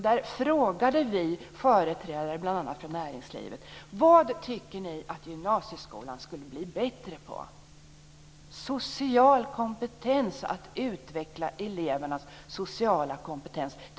Där frågade vi företrädare bl.a. för näringslivet vad de tycker att gymnasieskolan ska bli bättre på. Det entydiga svaret var kompetens att utveckla elevernas sociala kompetens.